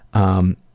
um,